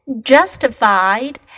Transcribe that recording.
Justified